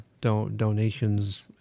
donations